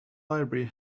library